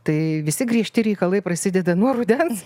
tai visi griežti reikalai prasideda nuo rudens